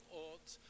ought